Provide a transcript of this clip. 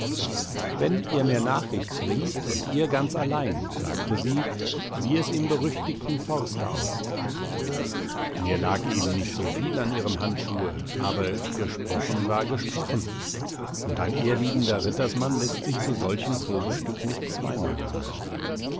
wenn ihr mir nachricht bringt und ihr ganz allein sagte sie wie es im berüchtigten forste aussieht mir lag eben nicht so viel an ihrem handschuhe aber gesprochen war gesprochen und ein ehrliebender rittersmann läßt sich zu solchem probestück nicht zweimal mahnen